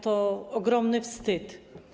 To ogromny wstyd.